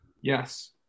Yes